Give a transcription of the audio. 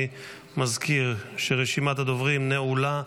אני מזכיר שרשימת הדוברים נעולה,